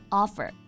offer